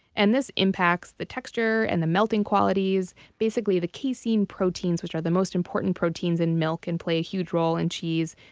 and this impacts the texture and the melting qualities. basically, the casein proteins, which are the most important proteins in milk and play a huge role in cheese,